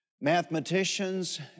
mathematicians